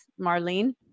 Marlene